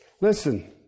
Listen